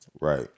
Right